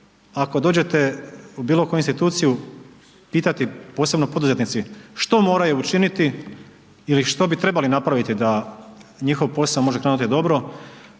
ako dođete u bilo koju instituciju pitati, posebno poduzetnici, što moraju učiniti ili što bi trebali napraviti da njihov posao može krenuti dobro,